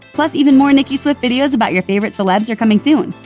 plus, even more nicki swift videos about your favorite celebs are coming soon.